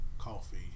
coffee